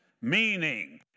meaning